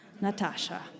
Natasha